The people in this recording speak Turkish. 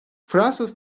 fransız